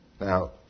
Now